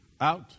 Out